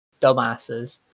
dumbasses